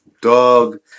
dog